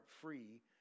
free